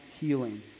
healing